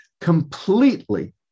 completely